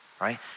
right